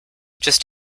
just